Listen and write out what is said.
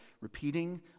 repeating